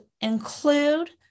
include